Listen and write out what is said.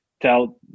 Tell